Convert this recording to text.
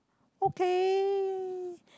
okay